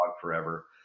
forever